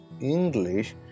English